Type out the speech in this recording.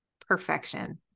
Perfection